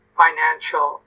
financial